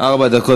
ארבע דקות.